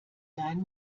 sein